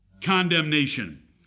condemnation